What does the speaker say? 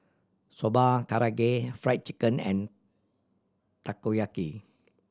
Soba Karaage Fried Chicken and Takoyaki